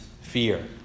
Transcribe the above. fear